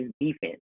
defense